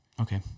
okay